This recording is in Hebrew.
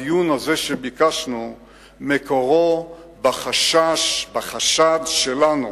הדיון הזה שביקשנו מקורו בחשש, בחשד שלנו,